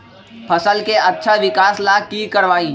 फसल के अच्छा विकास ला की करवाई?